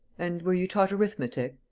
and were you taught arithmetic?